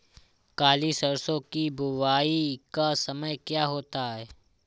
काली सरसो की बुवाई का समय क्या होता है?